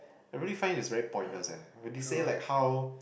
I really find it's really pointless eh when you say like how